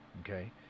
Okay